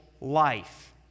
life